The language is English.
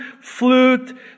flute